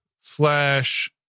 slash